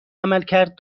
عملکرد